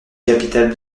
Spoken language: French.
capitale